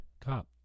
Cop